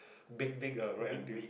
big big ah right until